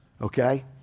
Okay